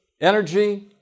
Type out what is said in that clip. energy